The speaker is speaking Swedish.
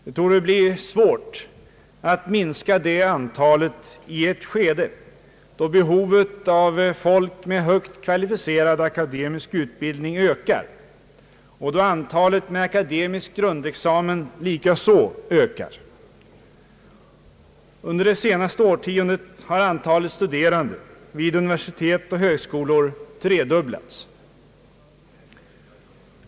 Det torde bli svårt att minska det antalet i ett skede då behovet av folk med högt kvalificerad utbildning ökar och då antalet med akademisk grundexamen likaledes ökar. Under det senaste årtiondet har antalet studerande vid universitet och högskolor tredubblats.